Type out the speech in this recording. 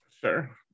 Sure